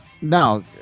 now